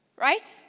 Right